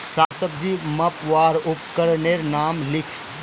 साग सब्जी मपवार उपकरनेर नाम लिख?